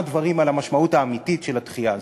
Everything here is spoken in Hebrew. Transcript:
דברים על המשמעות האמיתית של הדחייה הזאת.